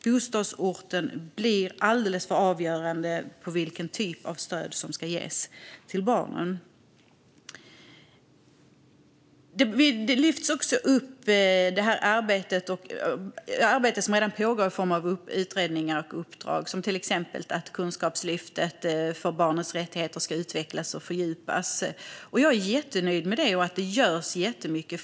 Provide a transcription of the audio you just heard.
Bostadsorten blir alldeles för avgörande för vilken typ av stöd som ges till barnen. Det arbete som redan pågår i form av utredningar och uppdrag lyfts fram. Det gäller till exempel att kunskapslyftet för barnets rättigheter ska utvecklas och fördjupas. Jag är jättenöjd med det och att det görs jättemycket.